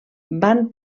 van